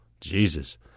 Jesus